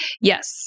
Yes